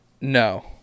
No